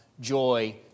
joy